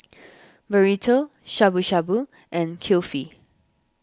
Burrito Shabu Shabu and Kulfi